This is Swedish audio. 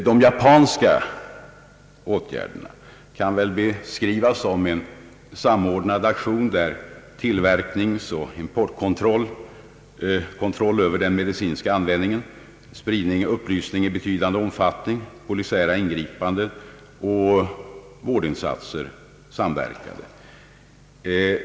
De japanska åtgärderna kan väl beskrivas som en samordnad aktion, där tillverkningsoch importkontroll, kontroll över den medicinska användningen, spridning av upplysning i betydande omfattning, polisiära ingripanden och vårdinsatser samverkar.